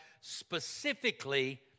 specifically